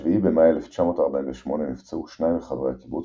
ב-7 במאי 1948 נפצעו שניים מחברי הקיבוץ